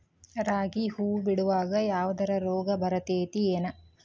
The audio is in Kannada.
ರಾಗಿ ಹೂವು ಬಿಡುವಾಗ ಯಾವದರ ರೋಗ ಬರತೇತಿ ಏನ್?